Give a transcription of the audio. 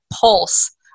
pulse